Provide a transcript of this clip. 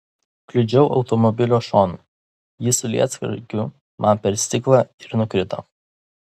kliudžiau automobilio šonu ji su lietsargiu man per stiklą ir nukrito